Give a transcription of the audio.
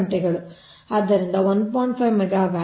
ಆದ್ದರಿಂದ ಇದು ನಿಮ್ಮ 24 ಗಂಟೆಗಳು